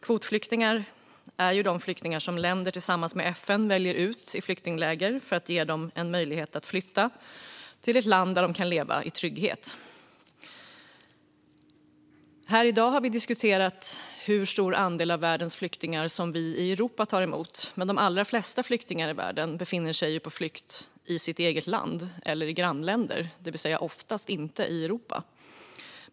Kvotflyktingar är de flyktingar som länder tillsammans med FN väljer ut i flyktingläger och som därmed ges möjlighet att flytta till ett land där de kan leva i trygghet. Det har diskuterats här i dag hur stor andel av världens flyktingar som Europa tar emot, men de allra flesta flyktingar i världen befinner sig på flykt i sitt eget land eller i grannländer - det vill säga oftast inte i Europa.